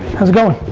how's it going?